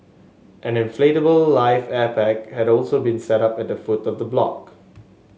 an inflatable life air pack had also been set up at the food of the block